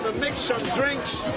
some drinks,